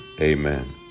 amen